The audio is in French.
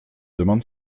demande